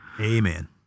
Amen